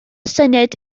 syniad